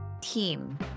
team